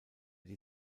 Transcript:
die